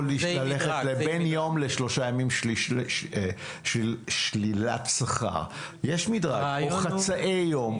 זה יכול להיות שלילת שכר בין יום אחד לשלושה ימים; או חצאי יום,